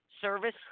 service